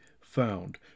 found